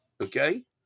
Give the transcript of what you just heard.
Okay